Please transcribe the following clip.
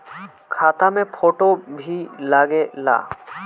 खाता मे फोटो भी लागे ला?